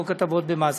חוק הטבות במס.